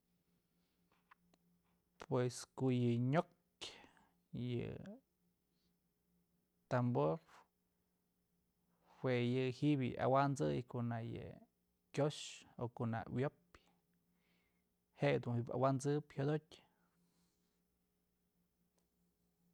Pues ko'o yë nyokë yë tambor jue yë ji'ib yë awansëy ko'o nak yë kyox ko'o nak wyopyë je'e dun ji'ib awansëp jyodotyë.